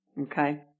Okay